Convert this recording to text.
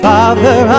Father